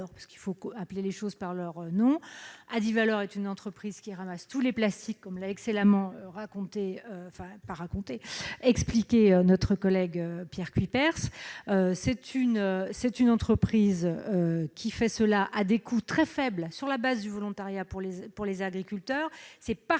car il faut appeler les choses par leur nom. Adivalor est une entreprise qui ramasse tous les plastiques, comme l'a excellemment expliqué notre collègue Pierre Cuypers, et ce à des coûts très faibles, sur la base du volontariat pour les agriculteurs. C'est parce